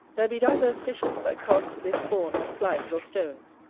there be divers fishes that cast their spawn on flags or stones,